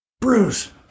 bruce